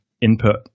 input